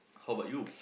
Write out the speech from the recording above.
how about you